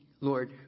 Lord